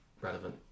relevant